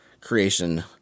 creation